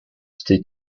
stay